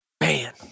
Man